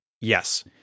Yes